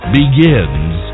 begins